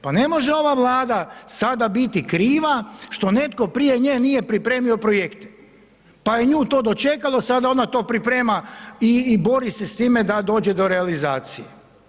Pa ne može ova Vlada sada biti kriva što netko prije nje nije pripremio projekte pa je nju to dočekalo, sada ona to priprema i bori se s time da dođe do realizacije.